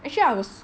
actually I was